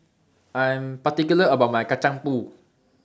I Am particular about My Kacang Pool